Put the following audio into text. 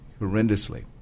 horrendously